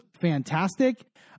fantastic